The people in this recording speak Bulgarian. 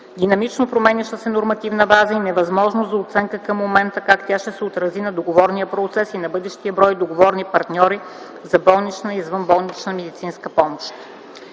динамично променящата се нормативна база и невъзможност за оценка към момента как тя ще се отрази на договорния процес и на бъдещия брой договорни партньори за болнична и извънболнична медицинска помощ.